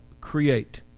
create